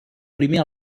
primer